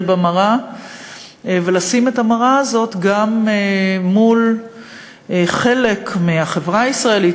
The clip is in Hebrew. במראה ולשים את המראה הזאת גם מול חלק מהחברה הישראלית,